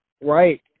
Right